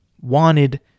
wanted